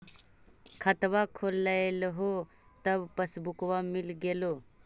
खतवा खोलैलहो तव पसबुकवा मिल गेलो?